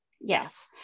Yes